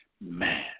Man